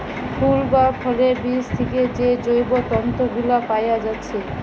ফুল বা ফলের বীজ থিকে যে জৈব তন্তু গুলা পায়া যাচ্ছে